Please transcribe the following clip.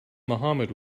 mohammad